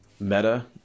Meta